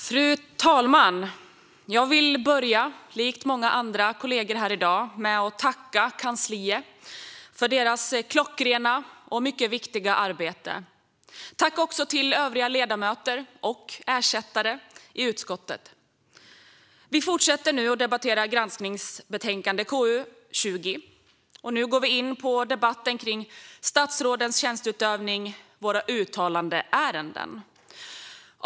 Fru talman! Jag vill, likt många kollegor här i dag, börja med att tacka kansliet för deras klockrena och mycket viktiga arbete. Tack också till övriga ledamöter och ersättare i utskottet! Vi fortsätter att debattera granskningsbetänkandet KU20, och nu går vi in på debatten kring statsrådens tjänsteutövning - våra uttalandeärenden.